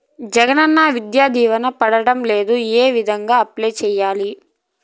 జగనన్న విద్యా దీవెన పడడం లేదు ఏ విధంగా అప్లై సేయాలి